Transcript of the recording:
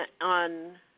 on –